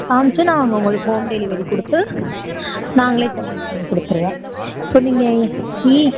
காமித்து நாங்கள் உங்களுக்கு ஹோம் டெலிவரி கொடுத்து நாங்களே ஜென்ரேட் பண்ணி கொடுத்துருவோம் இப்போ நீங்கள் இ